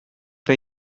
wir